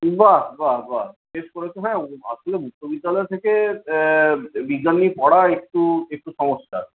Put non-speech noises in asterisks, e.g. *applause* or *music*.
বাহ বাহ বাহ শেষ করেছ হ্যাঁ *unintelligible* মুক্তবিদ্যালয় থেকে বিজ্ঞান নিয়ে পড়া একটু একটু সমস্যার